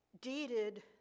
deeded